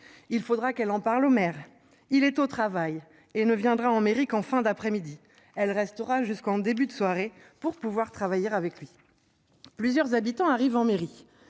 Il faudra qu'elle en parle au maire. Il est au travail et ne viendra en Amérique en fin d'après-midi elle restera jusqu'en début de soirée pour pouvoir travailler avec lui. Plusieurs habitants arrivent en mairie